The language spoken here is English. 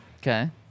Okay